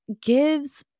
gives